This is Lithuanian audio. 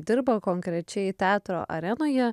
dirba konkrečiai teatro arenoje